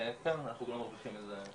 ואנחנו גם מרוויחים איזה שקל.